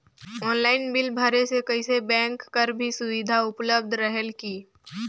Online bill भरे से कइसे बैंक कर भी सुविधा उपलब्ध रेहेल की?